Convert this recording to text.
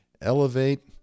elevate